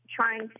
trying